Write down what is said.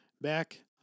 back